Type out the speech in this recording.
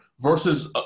versus